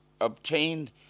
obtained